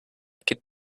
could